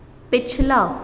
पिछला